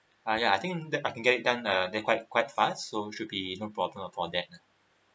uh ya I think that I can get it done uh they're quite quite fast so should be no problem for that